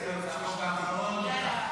(תיקון מס' 37), התשפ"ד 2024, נתקבלה.